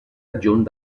adjunt